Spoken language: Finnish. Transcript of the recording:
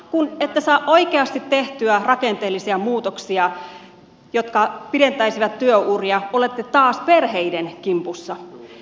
kun ette saa oikeasti tehtyä rakenteellisia muutoksia jotka pidentäisivät työuria olette taas perheiden kimpussa